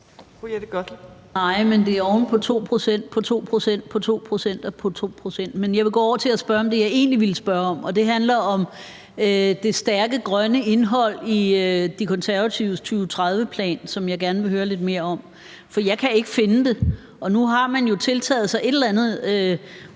pct., på 2 pct., på 2 pct. Men jeg vil gå over til at spørge om det, som jeg egentlig ville spørge om, og det handler om det stærke grønne indhold i De Konservatives 2030-plan, som jeg gerne vil høre lidt mere om. For jeg kan ikke finde det, og nu har man jo taget et eller andet